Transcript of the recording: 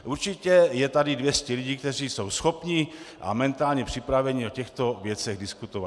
Určitě je tady 200 lidí, kteří jsou schopni a mentálně připraveni o těchto věcech diskutovat.